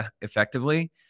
effectively